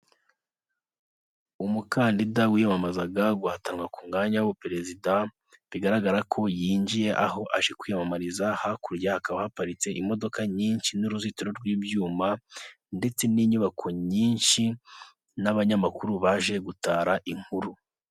Umukandida wiyamamazaga guhatanwa ku mwanya w'ubuperezida, bigaragara ko yinjiye aho aje kwiyamamariza. Hakurya hakaba haparitse imodoka nyinshi n'uruzitiro rw'ibyuma ndetse n'inyubako nyinshi n'abanyamakuru baje gutara inkuru.